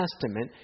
Testament